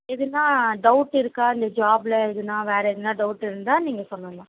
எதுனால் டவுட் இருக்கா இந்த ஜாப்பில் எதுனால் வேறு எதுனால் டவுட் இருந்தால் நீங்கள் சொல்லலாம்